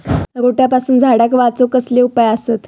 रोट्यापासून झाडाक वाचौक कसले उपाय आसत?